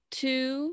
two